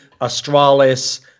Astralis